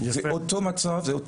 זה אותו מצב,